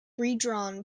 redrawn